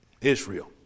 Israel